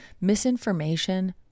misinformation